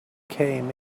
came